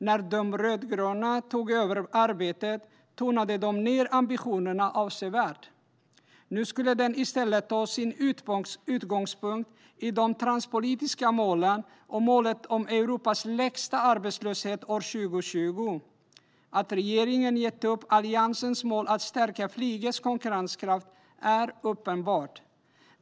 När de rödgröna tog över arbetet tonade de ner ambitionerna avsevärt. Nu skulle den i stället ta sin utgångspunkt i de transportpolitiska målen och målet om Europas lägsta arbetslöshet år 2020. Att regeringen gett upp Alliansens mål att stärka flygets konkurrenskraft är uppenbart.